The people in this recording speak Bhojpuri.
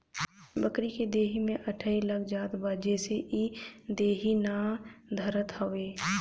बकरी के देहि में अठइ लाग जात बा जेसे इ देहि ना धरत हवे